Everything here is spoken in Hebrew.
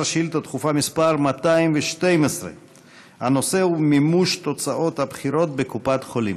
שאילתה דחופה מס' 212. הנושא הוא: מימוש תוצאות הבחירות בקופת-חולים